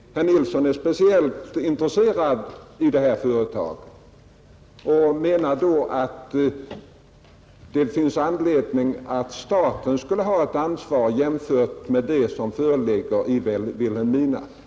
Herr Nilsson är speciellt intresserad i det här företaget och menar att det finns anledning för staten att ha ett ansvar jämförligt med det som föreligger i Vilhelmina.